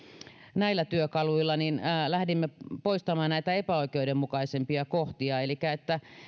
näillä työkaluilla niin lähdimme poistamaan epäoikeudenmukaisimpia kohtia elikkä